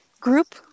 group